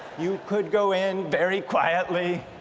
you could go in very quietly